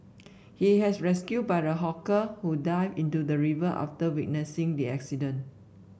he has rescued by a hawker who dived into the river after witnessing the accident